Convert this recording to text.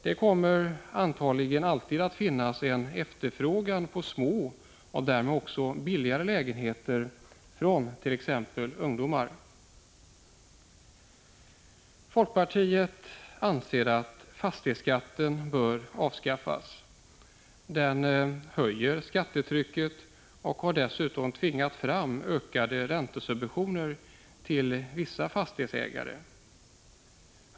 Det kommer antagligen alltid att finnas en efterfrågan på små och därmed också billigare lägenheter från t.ex. ungdomar. Folkpartiet anser att fastighetsskatten bör avskaffas. Den höjer skattetrycket och har dessutom tvingat fram ökade räntesubventioner till vissa fastighetsägare.